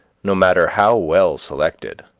no matter how well selected,